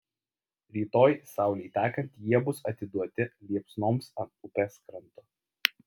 rytoj saulei tekant jie bus atiduoti liepsnoms ant upės kranto